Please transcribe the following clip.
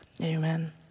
Amen